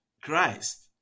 Christ